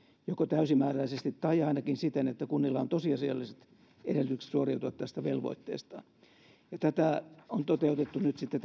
joko täysimääräisesti tai ainakin siten että kunnilla on tosiasialliset edellytykset suoriutua tästä velvoitteestaan tätä on toteutettu nyt sitten